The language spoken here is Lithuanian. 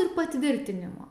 ir patvirtinimo